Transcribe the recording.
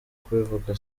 kubivuga